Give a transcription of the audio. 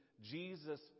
Jesus